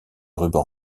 ruban